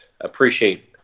appreciate